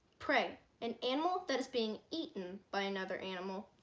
prey an animal that is being eaten by another animal